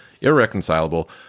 irreconcilable